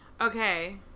Okay